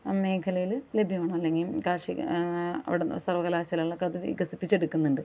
മേഖലയിൽ ലഭ്യമാണ് അല്ലെങ്കിൽ കാർഷിക സർവ്വകലാശാലകളൊക്കെ അത് വികസിപ്പിച്ചെടുക്കുന്നുണ്ട്